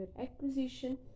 Acquisition